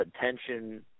attention